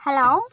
hello